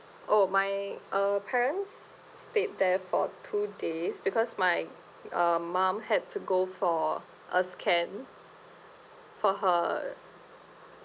oh my uh parents stayed there for two days because my uh mum had to go for a scan for her